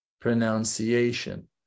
Pronunciation